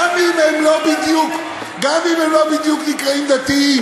גם אם הם לא בדיוק נקראים דתיים.